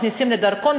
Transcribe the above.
מכניסים לדרכון,